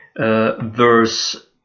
verse